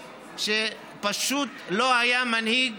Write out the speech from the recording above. שפשוט לא היה מנהיג